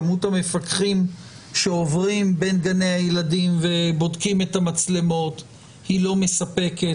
כמות המפקחים שעוברים בין גני הילדים ובודקים את המצלמות היא לא מספקת.